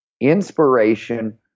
Inspiration